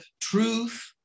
truth